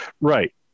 right